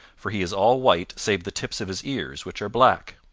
for he is all white save the tips of his ears, which are black.